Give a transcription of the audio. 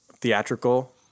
theatrical